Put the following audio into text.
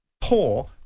poor